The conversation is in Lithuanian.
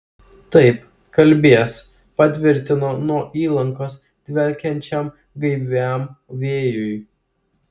taip kalbės patvirtino nuo įlankos dvelkiančiam gaiviam vėjui